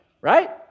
right